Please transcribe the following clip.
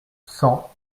cent